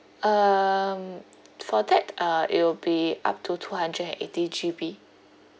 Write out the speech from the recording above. um for that uh it will be up to two hundred and eighty G_B